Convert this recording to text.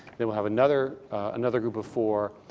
then we'll have another another group of four.